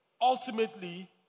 ultimately